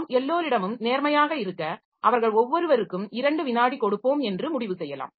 நாம் எல்லோரிடமும் நேர்மையாக இருக்க அவர்கள் ஒவ்வொருவருக்கும் 2 விநாடி கொடுப்போம் என்று முடிவு செய்யலாம்